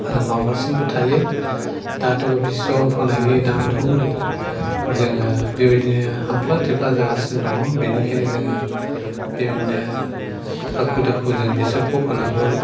आरो मावगासिनोबो थायो दाथ' बेसर फोनायनि दाम धुम जोङो बेबायदिनो हामफ्ला थिमफ्ला जागासिनो दङ बेनिखायनो जोङो बेबायदिनो हाखु दाखुजों बेसरखौ फोनांगौ